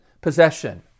possession